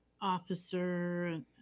officer